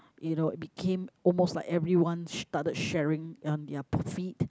you know became almost like everyone sh~ started sharing on their p~ feed